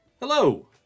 Hello